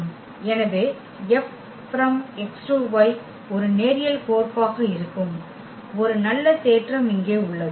எனவே F X → Y ஒரு நேரியல் கோர்ப்பாக இருக்கும் ஒரு நல்ல தேற்றம் இங்கே உள்ளது